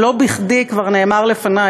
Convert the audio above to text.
ולא בכדי כבר נאמר לפני,